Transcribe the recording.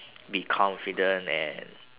be confident and